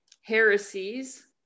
heresies